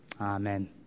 Amen